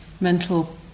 mental